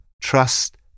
Trust